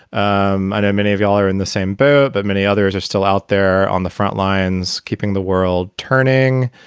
um i know many of y'all are in the same boat, but many others are still out there on the front lines keeping the world turning.